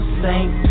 saint